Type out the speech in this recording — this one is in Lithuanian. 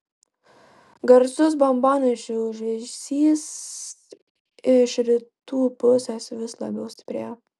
garsus bombonešių ūžesys iš rytų pusės vis labiau stiprėjo